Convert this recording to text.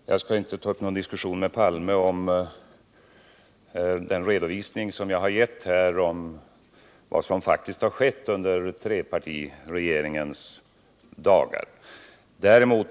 Herr talman! Jag skall inte ta upp någon diskussion med Olof Palme om den redovisning som jag har lämnat här om vad som faktiskt har skett under trepartiregeringens dagar. Däremot